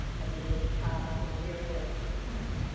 now there weren't cars or airplanes at the time.